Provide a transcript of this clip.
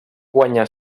guanyà